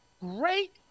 great